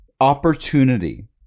opportunity